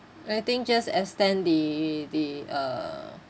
I think just extend the the uh